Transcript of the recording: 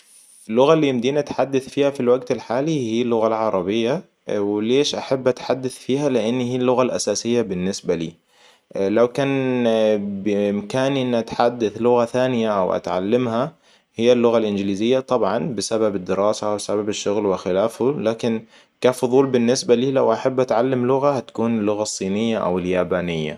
اللغه اللي يمدينا نتحدث فيها في الوقت الحالي هي اللغة العربية. وليش احب اتحدث فيها؟ لأن هي اللغة الأساسية بالنسبة لي. لو كان بإمكاني إني أتحدث لغة ثانية او أتعلمها هي اللغة الإنجليزية طبعاً بسبب الدراسة بسبب الشغل وخلافه لاكن كفضول بالنسبة لي لو أحب أتعلم لغة هتكون اللغة الصينية او اليابانية